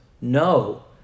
no